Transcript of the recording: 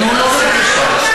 תנו לו, בבקשה.